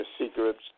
secrets